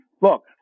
look